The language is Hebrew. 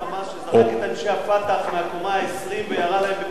שזרק את אנשי ה"פתח" מהקומה ה-20 וירה בהם בפיקות הברכיים.